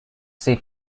see